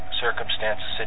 circumstances